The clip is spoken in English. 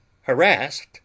Harassed